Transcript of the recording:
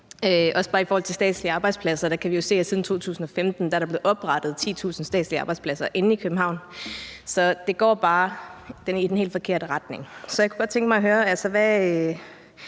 bare i forhold til statslige arbejdspladser kan vi jo se, at siden 2015 er der blevet oprettet 10.000 statslige arbejdspladser inde i København, så det går bare i den helt forkerte retning. Så jeg kunne godt tænke mig at høre, hvad